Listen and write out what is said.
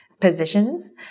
positions